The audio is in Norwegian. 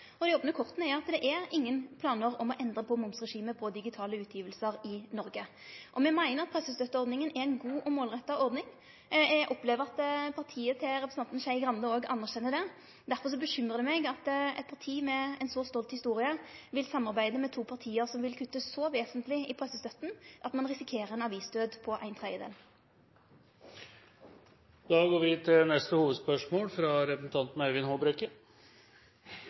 Dei opne korta er at det ikkje er nokon planar om å endre momsregimet for digitale utgjevingar i Noreg. Me meiner at pressestøtteordninga er ei god og målretta ordning. Eg opplever at partiet til representanten Skei Grande òg anerkjenner det. Derfor bekymrar det meg at eit parti med ei så stolt historie vil samarbeide med to parti som vil kutte så vesentleg i pressestøtta at ein risikerer ein avisdød på ein tredjedel. Vi går til neste